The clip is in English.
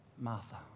Martha